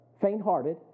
faint-hearted